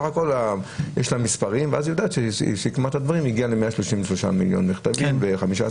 יש לה מספרים והגיעה ל-136 מיליון מכתבים.